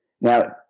Now